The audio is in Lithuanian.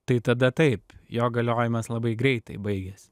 tai tada taip jo galiojimas labai greitai baigiasi